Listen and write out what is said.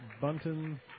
Bunton